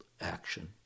action